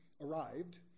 arrived